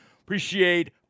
Appreciate